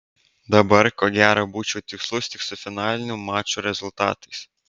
dabar ko gero būčiau tikslus tik su finalinių mačų rezultatais